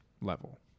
level